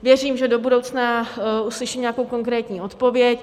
Věřím, že do budoucna uslyším nějakou konkrétní odpověď.